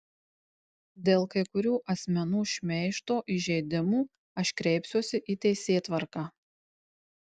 dėl kai kurių asmenų šmeižto įžeidimų aš kreipsiuosi į teisėtvarką